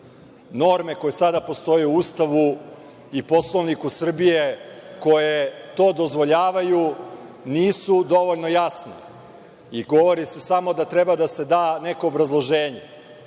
Norme koje sada postoje u Ustavu i Poslovniku Srbije koje to dozvoljavaju nisu dovoljno jasne i govori se samo da treba da se da neko obrazloženje.